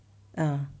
uh